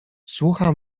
słucha